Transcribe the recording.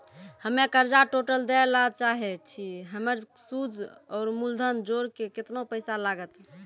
हम्मे कर्जा टोटल दे ला चाहे छी हमर सुद और मूलधन जोर के केतना पैसा लागत?